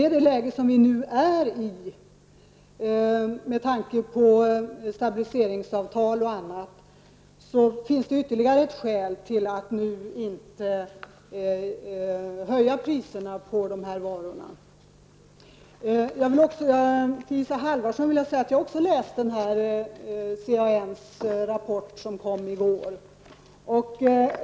Det läge vi nu befinner oss i, med tanke på stabiliseringsavtal och annat, utgör ytterligare ett skäl till att inte nu höja priserna på de här varorna. Till Isa Halvarsson vill jag säga att jag också har läst CANs rapport, som kom i går.